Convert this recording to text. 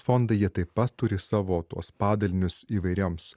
fondai jie taip pat turi savo tuos padalinius įvairioms